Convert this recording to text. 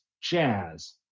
Jazz